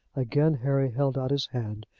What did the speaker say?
again harry held out his hand,